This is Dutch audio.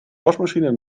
wasmachine